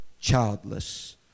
childless